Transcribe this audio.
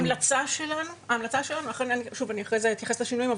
אני אחרי זה אתייחס לשינויים,